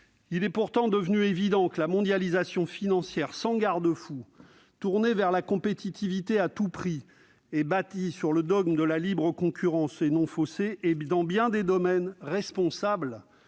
Il est pourtant devenu évident que la mondialisation financière sans garde-fous, tournée vers la compétitivité à tout prix et bâtie sur le dogme de la concurrence libre et non faussée est, dans bien des domaines, responsable